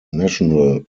national